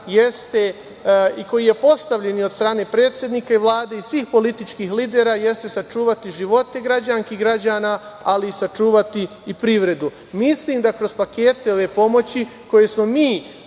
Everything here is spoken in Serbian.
i koji je postavljen od strane predsednika, Vlade i svih političkih lidera jeste sačuvati živote građanki i građana, ali i sačuvati i privredu. Mislim da kroz pakete ove pomoći, koje smo mi